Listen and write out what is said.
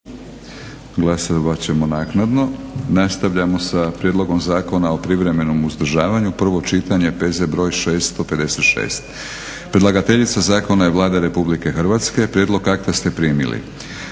Milorad (HNS)** Nastavljamo sa: - Prijedlog Zakona o privremenom uzdržavanju, prvo čitanje, P.Z. br. 656; Predlagateljica zakona je Vlada Republike Hrvatske. Prijedlog akta ste primili.